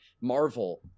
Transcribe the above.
marvel